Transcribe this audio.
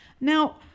Now